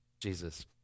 jesus